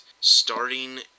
starting